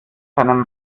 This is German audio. seinem